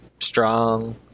strong